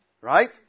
right